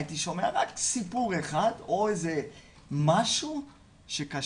הייתי שומע רק סיפור אחד או איזה משהו שקשור,